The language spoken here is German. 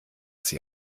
sie